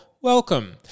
welcome